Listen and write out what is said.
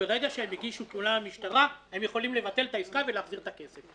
וברגע שהם הגישו תלונה למשטרה הם יכולים לבטל את העסקה ולהחזיר את הכסף.